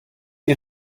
ihr